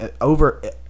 over